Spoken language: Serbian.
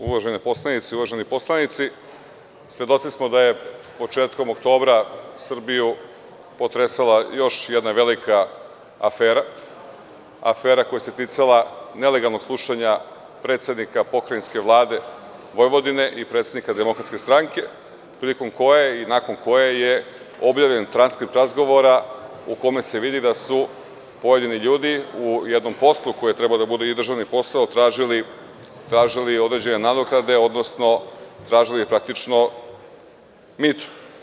Uvažene poslanice i uvaženi poslanici, svedoci smo da je početkom oktobra Srbiju potresala još jedna velika afera, afera koja se ticala nelegalnog slušanja predsednika Pokrajinske vlade Vojvodine i predsednika DS, prilikom koje i nakon koje je objavljen transkript razgovora u kome se vidi da su pojedini ljudi u jednom poslu, koji je trebao da bude i državni posao, tražili određene nadoknade, odnosno tražili praktično mito.